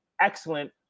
excellent